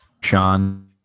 Sean